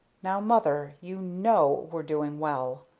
now, mother, you know we're doing well.